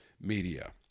media